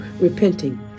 repenting